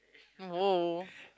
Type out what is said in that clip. !woah!